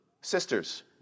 sisters